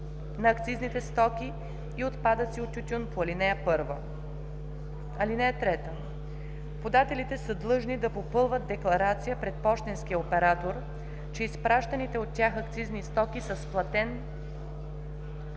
на акцизните стоки и отпадъци от тютюн по ал. 1. (3) Подателите са длъжни да попълват декларация пред пощенския оператор, че изпращаните от тях акцизни стоки са с платен,